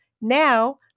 Now